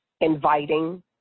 inviting